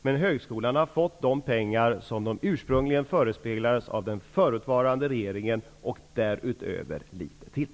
Men Idrottshögskolan har fått de pengar som den ursprungligen förespeglades av den förutvarande regeringen och därutöver litet till.